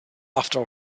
after